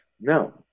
No